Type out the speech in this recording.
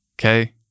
Okay